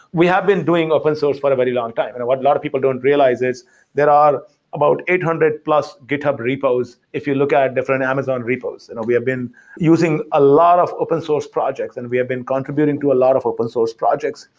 we have been doing open source for a very long time. and what a lot of people don't realize is there are about eight hundred plus github repos if you look at different amazon repos. and we have been using a lot of open source projects and we have been contributing to a lot of open source projects.